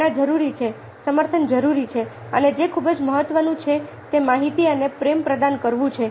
પ્રેરણા જરૂરી છે સમર્થન જરૂરી છે અને જે ખૂબ મહત્વનું છે તે માહિતી અને પ્રેમ પ્રદાન કરવું છે